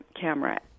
camera